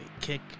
Kick